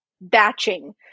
batching